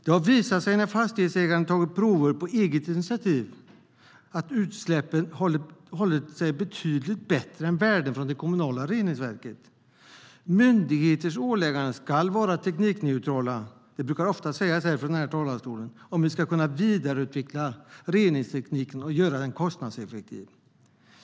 Det har visat sig när fastighetsägare tagit prover på eget initiativ att utsläppen hållit betydligt bättre värden än utsläppen från det kommunala reningsverket. Myndigheters ålägganden ska vara teknikneutrala - det brukar ofta sägas från den här talarstolen - om vi ska kunna vidareutveckla reningstekniken och göra den kostnadseffektiv.